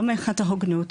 לא מבחינת ההוגנות,